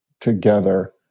together